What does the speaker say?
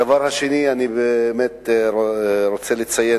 הדבר השני, אני רוצה לציין